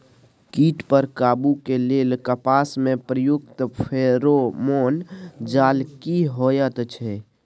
कीट पर काबू के लेल कपास में प्रयुक्त फेरोमोन जाल की होयत छै?